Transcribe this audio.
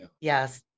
Yes